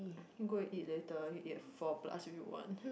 can go and eat later you eat at four plus if you eat one